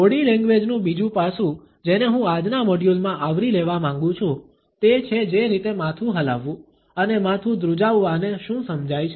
body લેંગ્વેજનું બીજું પાસું જેને હું આજના મોડ્યુલમાં આવરી લેવા માંગુ છું તે છે જે રીતે માથું હલાવવું અને માથું ધ્રૂજાવવાને શુ સમજાય છે